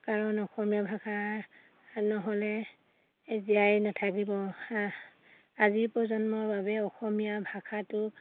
কাৰণ অসমীয়া ভাষা নহ'লে জীয়াই নাথাকিব আজিৰ প্ৰজন্মৰ বাবে অসমীয়া ভাষাটো